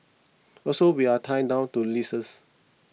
also we are tied down to leases